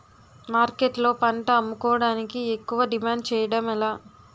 మార్కెట్లో పంట అమ్ముకోడానికి ఎక్కువ డిమాండ్ చేయడం ఎలా?